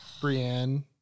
Brienne